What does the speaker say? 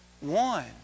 one